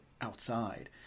outside